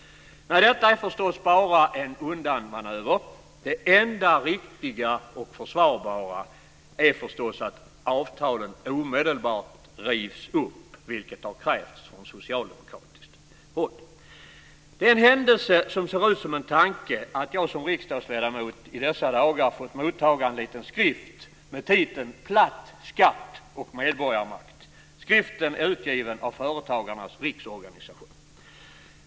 Detta är förstås bara en undanmanöver. Det enda riktiga och försvarbara är förstås att avtalen omedelbart rivs upp, vilket har krävts från socialdemokratiskt håll. Det är en händelse som ser ut som en tanke att jag som riksdagsledamot i dagarna fått motta en liten skrift med titeln Platt skatt och medborgarmakt. Skriften är utgiven av Företagarnas riksorganisation.